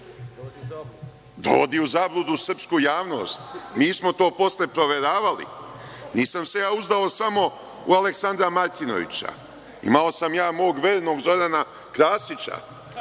Dovodi u zabludu srpsku javnost. Mi smo to posle proveravali, nisam se ja uzdao samo u Aleksandra Martinovića. Imao sam ja mog vernog Zorana Krasića,